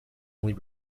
only